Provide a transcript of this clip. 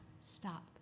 stop